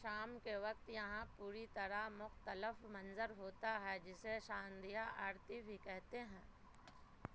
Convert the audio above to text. شام کے وقت یہاں پوری طرح مختلف منظر ہوتا ہے جسے سندھیا آرتی بھی کہتے ہیں